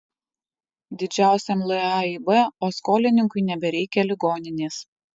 didžiausiam laib o skolininkui nebereikia ligoninės